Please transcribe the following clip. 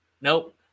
Nope